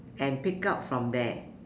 and pick up from there